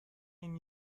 این